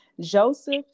Joseph